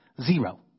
Zero